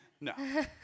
no